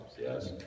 Yes